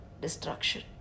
destruction